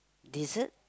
dessert